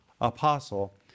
apostle